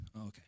Okay